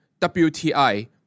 WTI